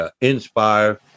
inspire